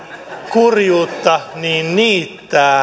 kurjuutta niin niittää